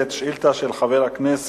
שאילתא מס' 900 של חבר הכנסת